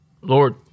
Lord